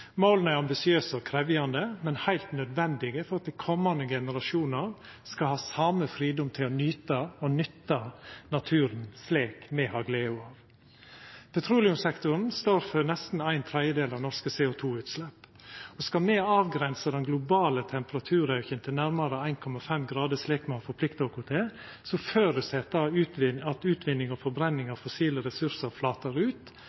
er ambisiøse og krevjande, men er heilt nødvendige for at komande generasjonar skal ha same fridomen til å nyta og nytta naturen slik me har gleda av. Petroleumssektoren står for nesten ein tredjedel av norske CO2-utslepp. Skal me avgrensa den globale temperaturauken til nærmare 1,5 grader slik me har forplikta oss til, føreset det at utvinning og forbrenning av fossile ressursar flatar ut